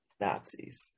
Nazis